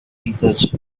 research